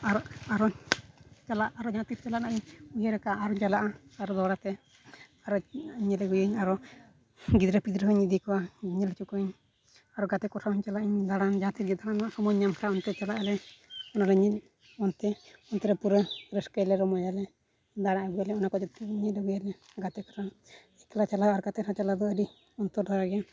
ᱟᱨ ᱟᱨᱚ ᱪᱟᱞᱟᱜ ᱟᱨᱚ ᱡᱟᱦᱟᱸᱛᱤᱥ ᱪᱟᱞᱟᱜ ᱨᱮᱱᱟᱜ ᱤᱧ ᱩᱭᱦᱟᱹᱨᱟᱠᱟᱫᱼᱟ ᱟᱨᱚᱧ ᱪᱟᱞᱟᱜᱼᱟ ᱟᱨᱚ ᱫᱚᱦᱲᱟ ᱛᱮ ᱟᱨᱚ ᱧᱮᱞ ᱟᱹᱜᱩᱭᱟᱹᱧ ᱟᱨᱚ ᱜᱤᱫᱽᱨᱟᱹᱼᱯᱤᱫᱽᱨᱟᱹ ᱦᱩᱧ ᱤᱫᱤ ᱠᱚᱣᱟ ᱧᱮᱞ ᱦᱚᱪᱚ ᱠᱚᱣᱟᱹᱧ ᱟᱨᱚ ᱜᱟᱛᱮ ᱠᱚ ᱥᱟᱶ ᱦᱩᱧ ᱪᱟᱞᱟᱜᱼᱟ ᱫᱟᱬᱟᱱ ᱡᱟᱦᱟᱸ ᱛᱤᱱ ᱜᱮ ᱫᱟᱬᱟᱱ ᱨᱮᱱᱟᱜ ᱥᱚᱢᱚᱭᱤᱧ ᱧᱟᱢ ᱠᱷᱟᱱ ᱚᱱᱛᱮ ᱪᱟᱞᱟᱜᱼᱟᱞᱮ ᱚᱱᱟ ᱞᱟᱹᱜᱤᱫ ᱚᱱᱛᱮ ᱚᱱᱛᱮ ᱨᱮ ᱯᱩᱨᱟᱹ ᱨᱟᱹᱥᱠᱟᱹᱭᱟᱞᱮ ᱨᱚᱢᱚᱡᱟᱞᱮ ᱫᱟᱬᱟ ᱟᱹᱜᱩᱭᱟᱞᱮ ᱚᱱᱟ ᱠᱚ ᱡᱚᱛᱚᱞᱮ ᱧᱮᱞ ᱟᱹᱜᱩᱭᱟᱞᱮ ᱜᱟᱛᱮ ᱠᱚ ᱥᱟᱶ ᱮᱠᱞᱟ ᱪᱟᱞᱟᱣ ᱟᱨ ᱜᱟᱛᱮ ᱠᱚ ᱥᱟᱶ ᱪᱟᱞᱟᱣ ᱫᱚ ᱟᱹᱰᱤ ᱚᱱᱛᱚᱨ ᱫᱷᱟᱨᱟ ᱜᱮᱭᱟ